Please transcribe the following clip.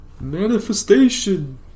manifestation